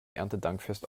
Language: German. erntedankfest